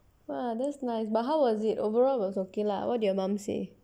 !wah! that's nice but how was it overall was okay lah what did your mum say